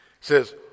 says